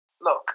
look